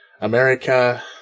America